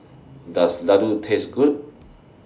Does Laddu Taste Good